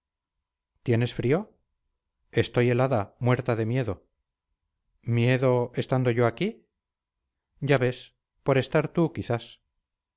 tienes frío estoy helada muerta de miedo miedo estando yo aquí ya ves por estar tú quizás